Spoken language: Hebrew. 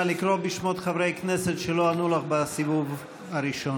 נא לקרוא בשמות חברי הכנסת שלא ענו לך בסיבוב הראשון.